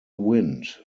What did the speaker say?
wind